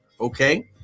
Okay